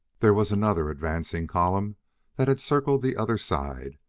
there was another advancing column that had circled the other side,